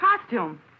costume